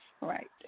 right